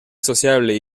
sociable